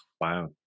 Wow